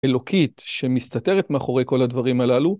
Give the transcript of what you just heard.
אלוקית שמסתתרת מאחורי כל הדברים הללו?